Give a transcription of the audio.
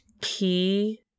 key